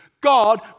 God